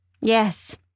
yes